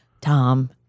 Tom